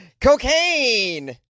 Cocaine